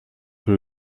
que